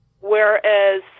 Whereas